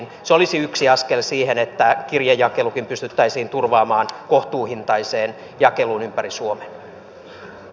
se olisi yksi askel siihen että kirjejakelukin pystyttäisiin turvaamaan kohtuuhintaiseen jakeluun ympäri suomen